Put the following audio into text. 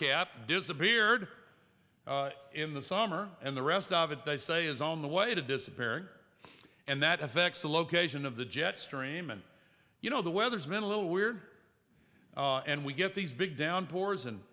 cap disappeared in the summer and the rest of it they say is on the way to disappearing and that affects the location of the jet stream and you know the weather's been a little weird and we get these big downpours and